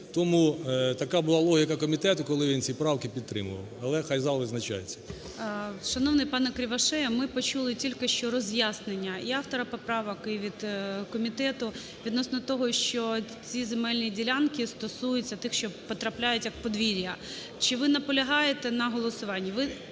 Тому така була логіка комітету, коли він ці правки підтримував, але хай зал визначається. ГОЛОВУЮЧИЙ. Шановний пане Кривошея, ми почули тільки що роз'яснення і автора поправок і від комітету відносно того, що ці земельні ділянки стосуються тих, що потрапляють як подвір'я. Чи ви наполягаєте на голосуванні? Ви…